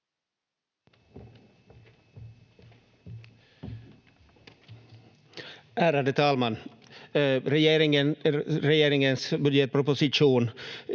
Ärade talman! I regeringens budgetproposition